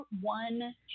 one